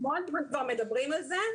המון זמן מדברים על זה.